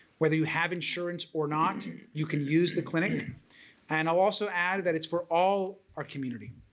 whether you have insurance or not you you can use the clinic and i'll also add that it's for all our community.